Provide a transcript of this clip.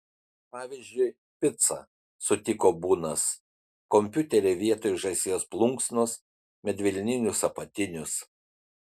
pavyzdžiui picą sutiko bunas kompiuterį vietoj žąsies plunksnos medvilninius apatinius